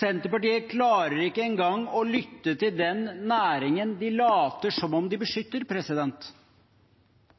Senterpartiet klarer ikke engang å lytte til den næringen de later som om de beskytter.